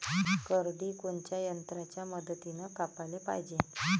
करडी कोनच्या यंत्राच्या मदतीनं कापाले पायजे?